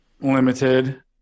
limited